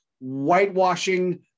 whitewashing